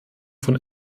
von